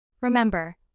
Remember